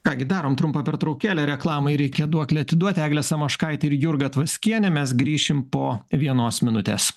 ką gi darom trumpą pertraukėlę reklamai reikia duoklę atiduoti eglė samoškaitė ir jurga tvaskienė mes grįšim po vienos minutės